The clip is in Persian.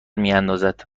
میاندازد